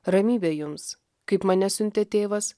ramybė jums kaip mane siuntė tėvas